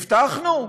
הבטחנו?